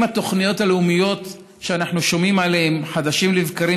עם התוכניות הלאומיות שאנחנו שומעים עליהן חדשות לבקרים,